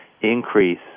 increase